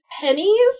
pennies